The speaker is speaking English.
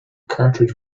cartridge